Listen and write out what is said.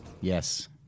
Yes